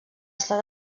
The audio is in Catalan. estar